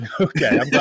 Okay